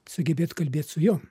sugebėt kalbėt su jom